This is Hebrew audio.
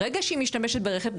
ברגע שהיא משתמשת ברכב,